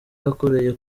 yakoreye